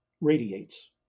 radiates